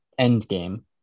Endgame